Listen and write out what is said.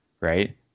right